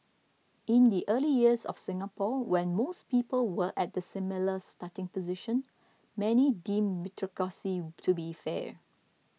in the early years of Singapore when most people were at similar starting positions many deemed meritocracy to be fair